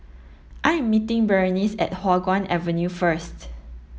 I am meeting Berenice at Hua Guan Avenue first